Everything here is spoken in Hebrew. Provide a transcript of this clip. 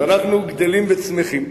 אז אנחנו גדלים וצומחים.